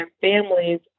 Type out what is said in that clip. families